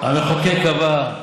המחוקק קבע,